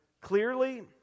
clearly